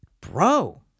bro